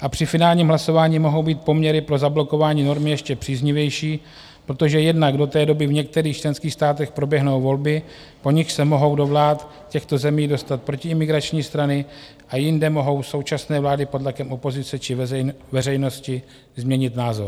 A při finálním hlasování mohou být poměry pro zablokování normy ještě příznivější, protože jednak do té doby v některých členských státech proběhnou volby, po nich se mohou do vlád těchto zemí dostat protiimigrační strany a jinde mohou současné vlády pod tlakem opozice či veřejnosti změnit názor.